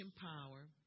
power